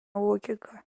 логика